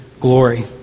glory